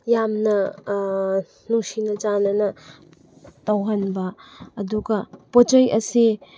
ꯌꯥꯝꯅ ꯅꯨꯡꯁꯤꯅ ꯆꯥꯟꯅꯅ ꯇꯧꯍꯟꯕ ꯑꯗꯨꯒ ꯄꯣꯠ ꯆꯩ ꯑꯁꯤ